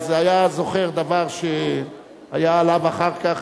היה זוכר דבר שהיה עליו אחר כך,